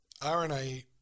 RNA